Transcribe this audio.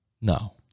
No